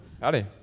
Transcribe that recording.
Howdy